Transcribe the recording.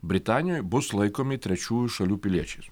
britanijoj bus laikomi trečiųjų šalių piliečiais